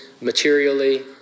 materially